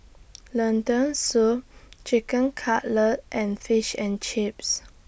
Lentil Soup Chicken Cutlet and Fish and Chips